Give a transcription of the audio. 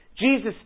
Jesus